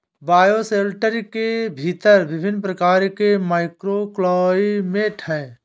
bioshelter के भीतर विभिन्न प्रकार के माइक्रोक्लाइमेट हैं